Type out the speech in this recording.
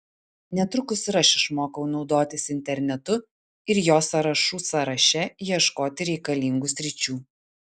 netrukus ir aš išmokau naudotis internetu ir jo sąrašų sąraše ieškoti reikalingų sričių